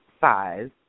size